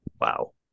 Wow